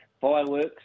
Fireworks